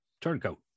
turncoat